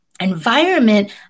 environment